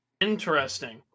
Interesting